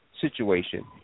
situation